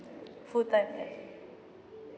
full-time right